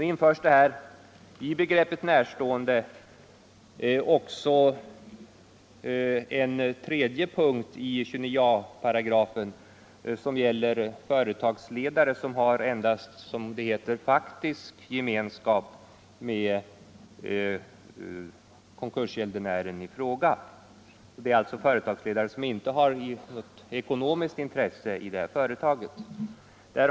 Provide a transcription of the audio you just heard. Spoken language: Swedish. Till begreppet närstående hänförs nu en ny grupp, nämligen företagsledare som endast har s.k. faktisk gemenskap med företaget i fråga, dvs. konkursgäldenären. Det är alltså företagsledare som inte har något ekonomiskt intresse i företaget.